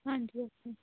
ਹਾਂਜੀ ਉੱਥੇ